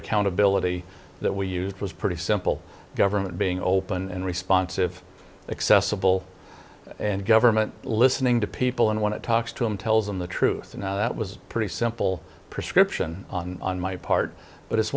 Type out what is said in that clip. accountability that we used was pretty simple government being open and responsive accessible and government listening to people and when it talks to him tells them the truth and that was pretty simple prescription on my part but it's